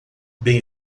bem